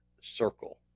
circle